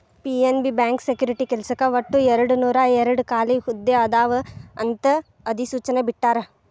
PNB bank security ಕೆಲ್ಸಕ್ಕ ಒಟ್ಟು ಎರಡನೂರಾಯೇರಡ್ ಖಾಲಿ ಹುದ್ದೆ ಅವ ಅಂತ ಅಧಿಸೂಚನೆ ಬಿಟ್ಟಾರ